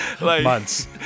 Months